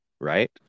right